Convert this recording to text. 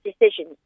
decisions